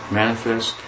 manifest